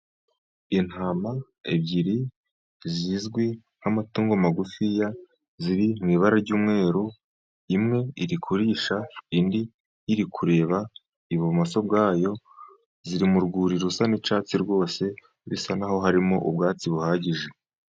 Intama ebyiri zizwi nk'amatungo magufiya, ziri mu ibara ry'umweru, imwe iri kurisha, indi iri kureba ibumoso bwayo, ziri mu rwuri rusa n'icyatsi rwose, bisa n'aho harimo ubwatsi buhagije.